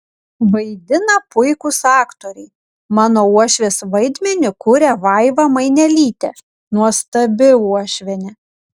vaidina puikūs aktoriai mano uošvės vaidmenį kuria vaiva mainelytė nuostabi uošvienė